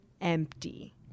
empty